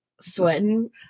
sweating